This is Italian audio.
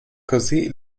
così